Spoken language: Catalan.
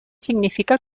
significa